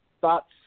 Thoughts